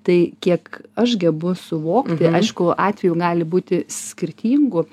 tai kiek aš gebu suvokti aišku atvejų gali būti skirtingų